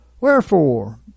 Wherefore